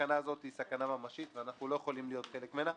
זאת סכנה ממשית ואנחנו לא יכולים להיות חלק ממנה.